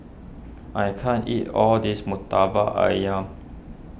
I can't eat all this Murtabak Ayam